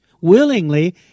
willingly